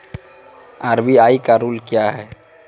RBI का rule क्या हैं?